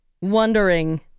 wondering